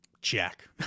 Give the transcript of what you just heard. Check